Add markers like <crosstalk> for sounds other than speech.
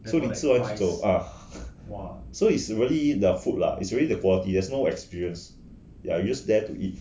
so 你吃完就走 ah <laughs> so is really the food lah is really the quality there's no experience ya you just there to eat